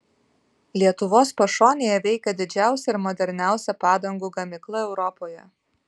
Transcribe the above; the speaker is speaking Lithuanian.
lietuvos pašonėje veikia didžiausia ir moderniausia padangų gamykla europoje